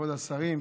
כבוד השרים,